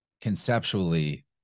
conceptually